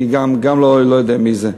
גם אני, גם לא יודע מי זה.